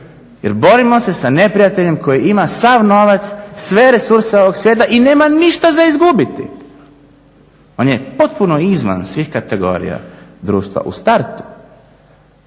jer borimo se sa neprijateljem koji ima sav novac, sve resurse ovog svijeta i nema ništa za izgubiti. On je potpuno izvan svih kategorije društva u startu.